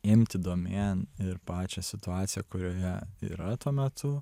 imti domėn ir pačią situaciją kurioje yra tuo metu